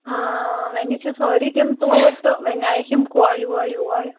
ونیَے چھِ سٲری تِم توٗرۍ تہٕ وۅنۍ آیَکھ یِم کوٚرِ وورِ یوٚر